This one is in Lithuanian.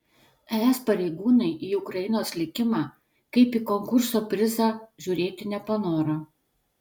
es pareigūnai į ukrainos likimą kaip į konkurso prizą žiūrėti nepanoro